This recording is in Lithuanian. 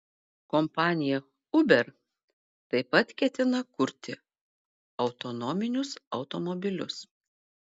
kompanija uber taip pat ketina kurti autonominius automobilius